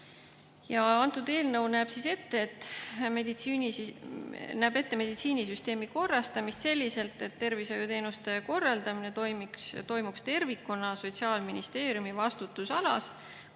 vangi. Eelnõu näeb ette meditsiinisüsteemi korrastamist selliselt, et tervishoiuteenuste korraldamine toimuks tervikuna Sotsiaalministeeriumi vastutusalas,